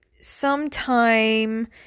sometime